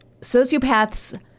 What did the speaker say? sociopaths